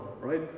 Right